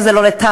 שזה לא לטעמך,